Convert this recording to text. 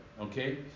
okay